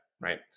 Right